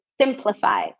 simplify